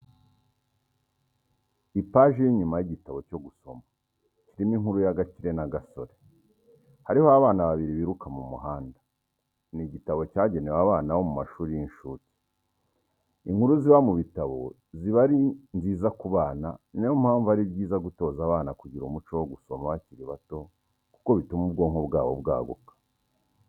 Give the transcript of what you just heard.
Ipaji y'inyuma y'igitabo cyo gusoma kirimo inkuru ya Gakire na Gasaro, hariho abana babiri biruka mu muhanda, ni igitabo cyagenewe abana bomu mashuri y'insuke. Inkuru ziba mu bitabo ziba ari nziza ku bana niyo mpamvu ari byiza gutoza abana kugira umuco wo gusoma bakiri bato kuko bituma ubwonko bwabo bwaguka